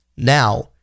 Now